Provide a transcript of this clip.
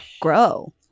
grow